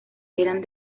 eran